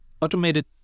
automated